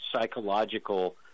psychological